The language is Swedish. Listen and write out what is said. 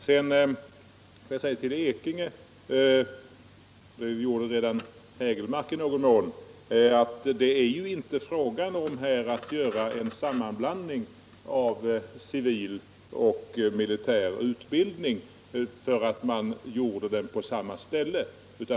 Sedan vill jag säga till Bernt Ekinge — det gjorde redan i viss mån Eric Hägelmark —att det här inte är fråga om att göra en sammanblandning av civil och militär utbildning för att man placerar dem på samma ställe.